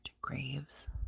graves